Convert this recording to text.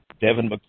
Devin